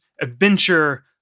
adventure